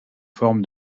forme